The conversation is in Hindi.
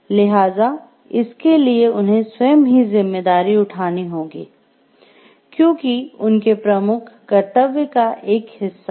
लिहाजा इसके लिए उन्हें स्वयं ही जिम्मेदारी उठानी होगी क्योंकि उनके प्रमुख कर्तव्य का एक हिस्सा है